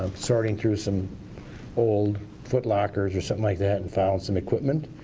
sorting through some old footlockers or something like that and found some equipment,